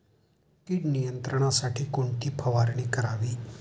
कीड नियंत्रणासाठी कोणती फवारणी करावी?